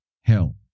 hell